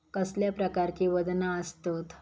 कसल्या प्रकारची वजना आसतत?